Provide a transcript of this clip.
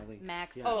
Max